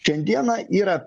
šiandieną yra